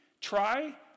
Try